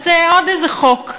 אז זה עוד איזה חוק.